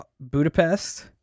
Budapest